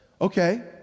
Okay